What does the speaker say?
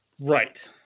Right